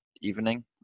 evening